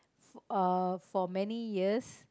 f~ uh for many years